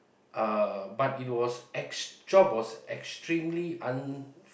uh but it was ex~ job was extremely un~